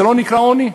זה לא נקרא עוני?